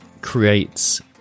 creates